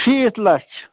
شیٖتھ لچھ